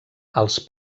els